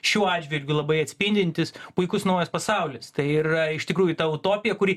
šiuo atžvilgiu labai atspindintis puikus naujas pasaulis tai yra iš tikrųjų ta utopija kuri